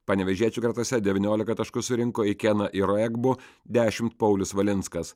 panevėžiečių gretose devyniolika taškų surinko ikena iroegbu dešimt paulius valinskas